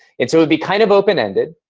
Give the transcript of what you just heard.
it it would be kind of open-ended,